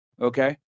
okay